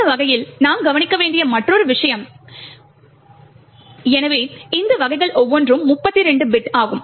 அந்த வகையில் நாம் கவனிக்க வேண்டிய மற்றொரு விஷயம் எனவே இந்த வகைகள் ஒவ்வொன்றும் 32 பிட் ஆகும்